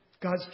God's